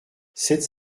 sept